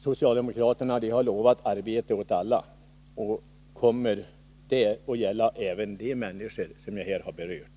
Socialdemokraterna har lovat arbete åt alla, och jag vill sluta med att fråga: Kommer det att gälla även de människor som jag här berört?